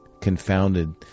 confounded